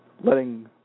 letting